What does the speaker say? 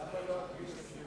למה לא עד גיל 21?